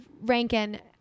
Rankin